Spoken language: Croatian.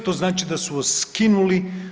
To znači da su vas skinuli.